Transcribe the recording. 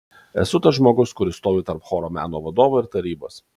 esu tas žmogus kuris stovi tarp choro meno vadovo ir tarybos